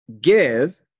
give